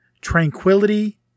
tranquility